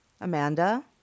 Amanda